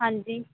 ਹਾਂਜੀ